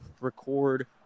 record